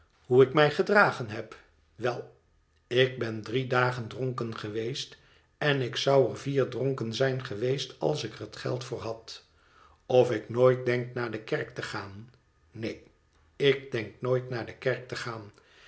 hoe ik mij gedragen heb wel ik ben drie dagen dronken geweest en ik zou er vier dronken zijn geweest als ik er geld voor had gehad of ik nooit denk naar de kerk te gaan neen ik denk nooit naar de kerk te gaan